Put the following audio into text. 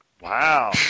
Wow